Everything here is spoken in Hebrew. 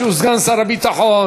שהוא סגן שר הביטחון,